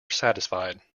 satisfied